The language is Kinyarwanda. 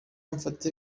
mfate